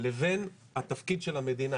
לבין התפקיד של המדינה,